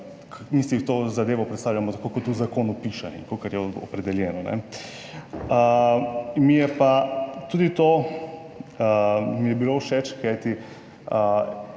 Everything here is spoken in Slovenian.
mi si to zadevo predstavljamo tako kot v zakonu piše in kakor je opredeljeno, ne. Mi je pa, tudi to mi je bilo všeč, kajti